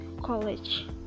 college